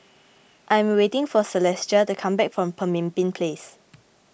I am waiting for Celestia to come back from Pemimpin Place